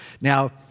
Now